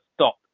stop